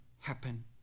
happen